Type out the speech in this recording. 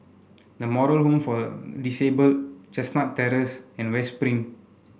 The Moral Home for Disabled Chestnut Terrace and West Spring